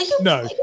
No